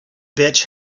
bitch